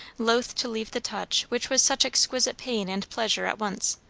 loath to leave the touch which was such exquisite pain and pleasure at once.